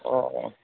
ও